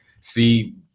See